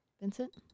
Vincent